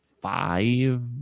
five